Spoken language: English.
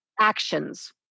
actions